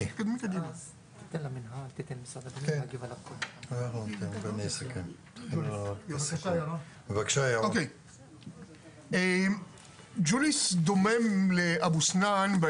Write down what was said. יש תכנית מתאר לקראת הפקדה במצב דומה מאוד למצב של אבו סנאן.